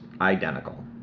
identical